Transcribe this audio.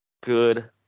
Good